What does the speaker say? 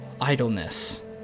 idleness